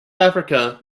africa